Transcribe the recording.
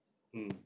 mm